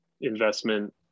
investment